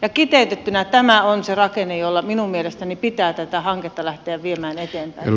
ja kiteytettynä tämä on se rakenne jolla minun mielestäni pitää tätä hanketta lähteä viemään eteenpäin